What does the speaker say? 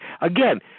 Again